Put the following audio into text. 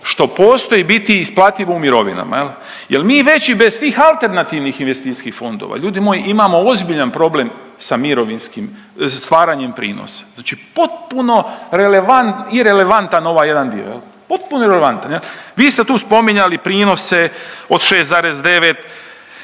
što postoji biti isplativo u mirovinama. Jer mi već i bez tih alternativnih investicijskih fondova ljudi moji imamo ozbiljan problem sa mirovinskim, stvaranjem prinosa. Znači potpuno irelevantan ovaj jedan dio, potpuno irelevantan. Vi ste tu spominjali prinose od 6,9,